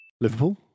Liverpool